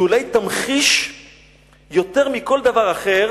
שאולי תמחיש יותר מכל דבר אחר